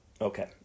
Okay